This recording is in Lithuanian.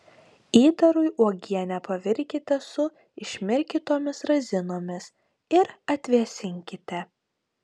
įdarui uogienę pavirkite su išmirkytomis razinomis ir atvėsinkite